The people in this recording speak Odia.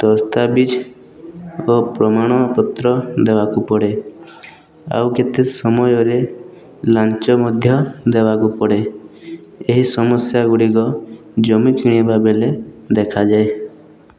ଦସ୍ତାବିଜ ଓ ପ୍ରମାଣ ପତ୍ର ଦେବାକୁ ପଡ଼େ ଆଉ କେତେ ସମୟରେ ଲାଞ୍ଚ ମଧ୍ୟ ଦେବାକୁ ପଡ଼େ ଏହି ସମସ୍ୟା ଗୁଡ଼ିକ ଜମି କିଣିବା ବେଳେ ଦେଖାଯାଏ